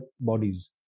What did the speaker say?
bodies